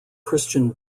christian